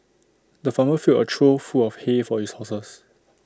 the farmer filled A trough full of hay for his horses